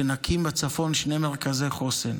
שנקים בצפון שני מרכזי חוסן.